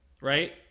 right